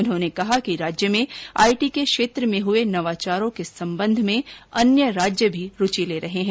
उन्होंने कहा कि राज्य में आईटी के क्षेत्र में हुए नवाचारों के संबंध में अन्य राज्य भी रूचि ले रहे हैं